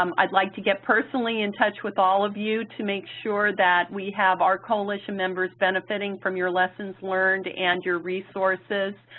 um i'd like to get personally in touch with all of you to make sure that we have our coalition members benefiting from your lessons learned and your resources.